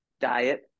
diet